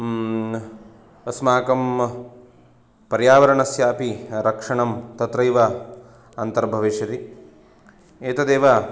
अस्माकं पर्यावरणस्यापि रक्षणं तत्रैव अन्तर्भविष्यति एतदेव